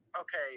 okay